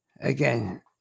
again